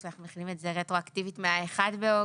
אנחנו מחילים את זה רטרואקטיבית מה-1 באוגוסט,